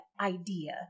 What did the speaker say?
idea